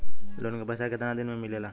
Loan के पैसा कितना दिन मे मिलेला?